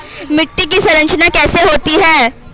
मिट्टी की संरचना कैसे होती है?